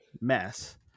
mess